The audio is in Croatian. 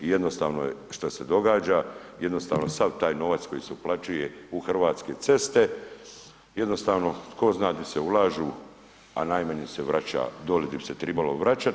I jednostavno je šta se događa, jednostavno sav taj novac koji se uplaćuje u Hrvatske ceste jednostavno tko zna gdje se ulažu a najmanje se vraća dolje gdje bi se trebalo vraćati.